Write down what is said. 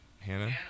Hannah